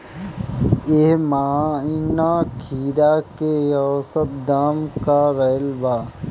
एह महीना खीरा के औसत दाम का रहल बा?